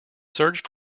search